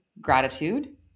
gratitude